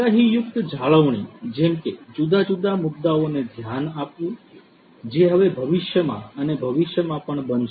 આગાહીયુક્ત જાળવણી જેમ કે જુદા જુદા મુદ્દાઓને ધ્યાન આપવું જે હવે ભવિષ્યમાં અને ભવિષ્યમાં પણ બનશે